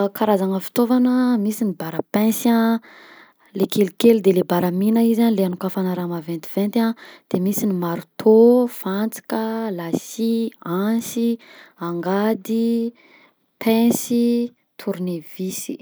Karazagna fitaovana: misy ny barapinsa, le kelikely de le baramina izy le anokafagna raha maventiventy a, de misy ny maritô, fantsika, lasy, ansy, angady, pinsy, tornevisy.